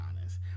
honest